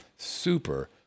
Super